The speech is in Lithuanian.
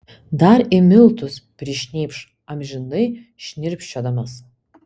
dar į miltus prišnypš amžinai šnirpščiodamas